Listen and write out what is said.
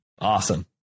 Awesome